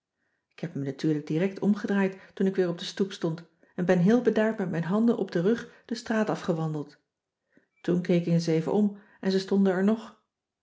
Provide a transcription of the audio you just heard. k heb me natuurlijk direct omgedraaid toen ik weer op de stoep stond en ben heel bedaard met mijn handen op den rug de straat afgewandeld toen keek ik eens even om en ze stonden er nog